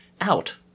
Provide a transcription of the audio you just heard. out